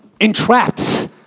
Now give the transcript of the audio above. entrapped